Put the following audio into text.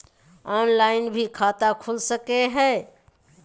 Online भी खाता खूल सके हय?